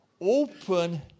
open